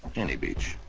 any beach.